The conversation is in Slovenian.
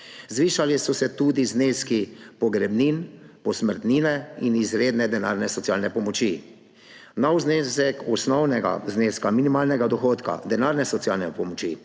Zvišali so se tudi zneski pogrebnin, posmrtnine in izredne denarne socialne pomoči. Nov znesek osnovnega zneska minimalnega dohodka, denarne socialne pomoči